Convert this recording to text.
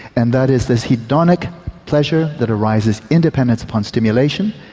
and that is this hedonic pleasure that arises independent on stimulation,